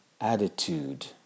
attitude